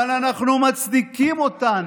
אבל אנחנו מצדיקים אותן,